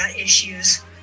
issues